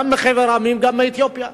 גם מחבר המדינות וגם מאתיופיה.